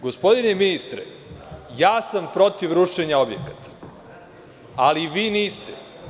Gospodine ministre, ja sam protiv rušenja objekata ali vi niste.